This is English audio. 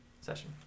session